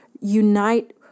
unite